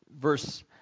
verse